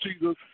Jesus